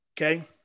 Okay